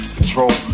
Control